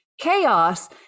chaos